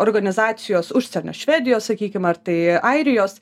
organizacijos užsienio švedijos sakykim ar tai airijos